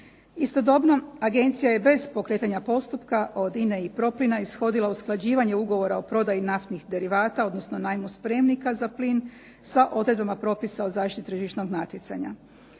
Istodobno agencija je bez pokretanja postupka od "INE" i "PROPLINA" ishodila usklađivanje Ugovora o prodaji naftnih derivata, odnosno najmu spremnika za plin, sa odredbama propisa o zaštiti tržišnog natjecanja.